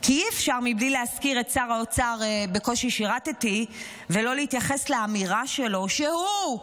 אי-אפשר להזכיר את שר האוצר "בקושי שירתי" ולא להתייחס לאמירה שלו שהוא,